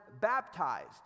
baptized